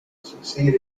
succeeded